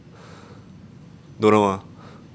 don't know ah